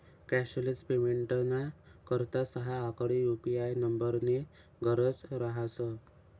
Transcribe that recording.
cashless पेमेंटना करता सहा आकडी यु.पी.आय नम्बरनी गरज रहास